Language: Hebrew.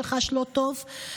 שחש לא בטוב,